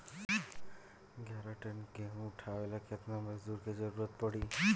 ग्यारह टन गेहूं उठावेला केतना मजदूर के जरुरत पूरी?